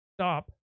stop